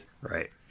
Right